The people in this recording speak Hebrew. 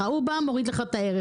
ההוא מוריד לך את הערך.